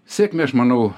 sėkmę aš manau